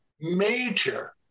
major